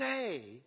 say